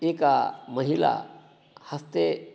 एका महिला हस्ते